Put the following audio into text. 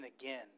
again